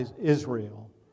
Israel